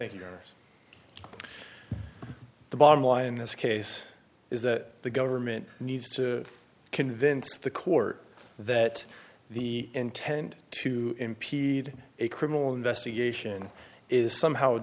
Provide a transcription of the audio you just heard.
later the bottom line in this case is that the government needs to convince the court that the intent to impede a criminal investigation is somehow